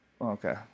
okay